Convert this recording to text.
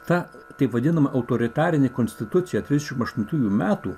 ta taip vadinama autoritarinė konstitucija trisdešimt aštuntųjų metų